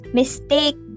mistake